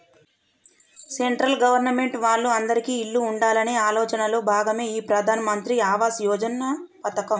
central government వాళ్ళు అందిరికీ ఇల్లు ఉండాలనే ఆలోచనలో భాగమే ఈ ప్రధాన్ మంత్రి ఆవాస్ యోజన పథకం